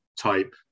type